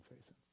facing